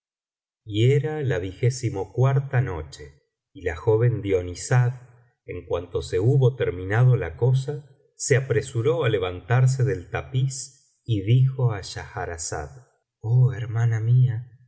y era la noche y la joven doniazada en cuanto se hubo terminado la cosa se apresuró á levantarse del tapiz y dijo á schahrazada oh hermana mía